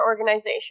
organization